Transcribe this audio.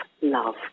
love